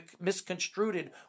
misconstrued